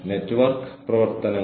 അതിനാൽ എല്ലാവരും ഉൾപ്പെടുന്നു